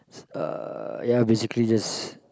uh ya basically just